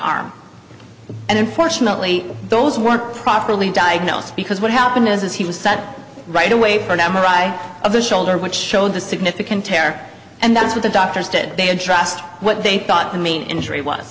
arm and unfortunately those were properly diagnosed because what happened is he was set right away for an m r i of the shoulder which showed a significant tear and that's what the doctors did they addressed what they thought the main injury w